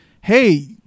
hey